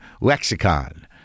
lexicon